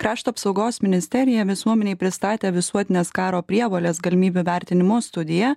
krašto apsaugos ministerija visuomenei pristatė visuotinės karo prievolės galimybių vertinimo studiją